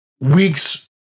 weeks